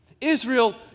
Israel